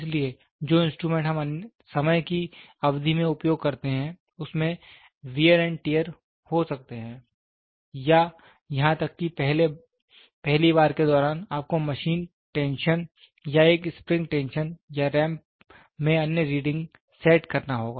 इसलिए जो इंस्ट्रूमेंट हम समय की अवधि में उपयोग करते हैं उसमें वेयर एंड टियर हो सकते हैं या यहां तक कि पहली बार के दौरान आपको मशीन टेंशन या एक स्प्रिंग टेंशन या रैंप में अन्य रीडिंग सेट करना होगा